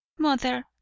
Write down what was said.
Mother